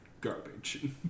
garbage